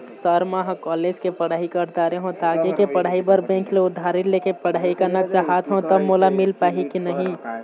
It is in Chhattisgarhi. सर म ह कॉलेज के पढ़ाई कर दारें हों ता आगे के पढ़ाई बर बैंक ले उधारी ले के पढ़ाई करना चाहत हों ता मोला मील पाही की नहीं?